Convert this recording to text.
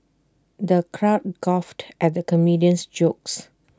the crowd guffawed at the comedian's jokes